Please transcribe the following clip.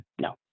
no